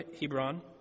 Hebron